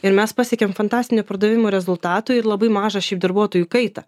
ir mes pasiekėm fantastinį pardavimų rezultatų ir labai mažą šiaip darbuotojų kaitą